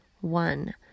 One